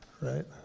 right